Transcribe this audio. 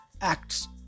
acts